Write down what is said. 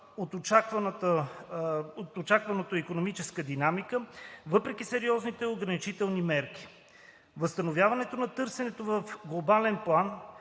от очакваното икономическа динамика въпреки сериозните ограничителни мерки. Възстановяването на търсенето в глобален план,